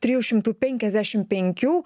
trijų šimtų penkiasdešimt penkių